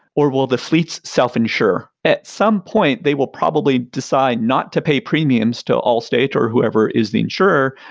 or will the fleet's self-insure? at some point, they will probably decide not to pay premiums to all state, or whoever is the insurer.